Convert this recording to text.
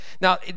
now